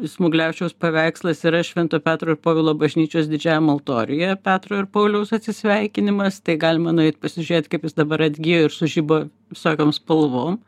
smuglevičiaus paveikslas yra švento petro ir povilo bažnyčios didžiajam altoriuje petro ir pauliaus atsisveikinimas tai galima nueit pasižiūrėt kaip jis dabar atgijo ir sužibo visokiom spalvom